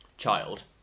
Child